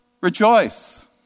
Rejoice